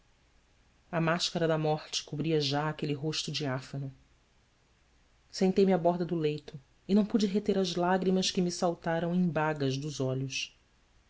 a máscara da morte cobria já aquele rosto diáfano sentei-me à borda do leito e não pude reter as lágrimas que me saltaram em bagas dos olhos